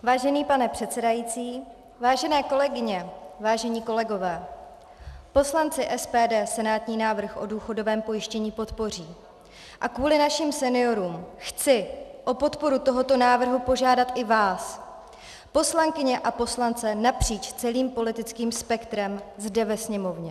Vážený pane předsedající, vážené kolegyně, vážení kolegové, poslanci SPD senátní návrh o důchodovém pojištění podpoří a kvůli našim seniorům chci o podporu toho návrhu požádat i vás, poslankyně a poslance napříč celým politickým spektrem zde ve sněmovně.